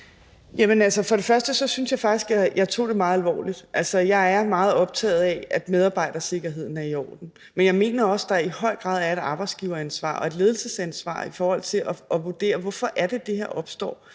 Først vil jeg sige, at jeg faktisk synes, at jeg tog det meget alvorligt. Jeg er meget optaget af, at medarbejdersikkerheden er i orden, men jeg mener også, at der i høj grad er et arbejdsgiveransvar og et ledelsesansvar i forhold til at vurdere, hvorfor det er, det